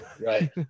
Right